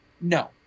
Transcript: No